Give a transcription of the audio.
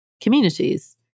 communities